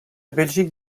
belgique